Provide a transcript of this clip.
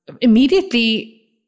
immediately